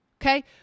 Okay